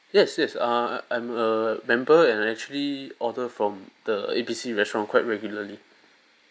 yes yes uh I'm a member and actually order from the A B C restaurant quite regularly